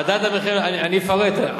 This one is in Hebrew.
אני אפרט.